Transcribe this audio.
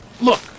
Look